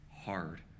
hard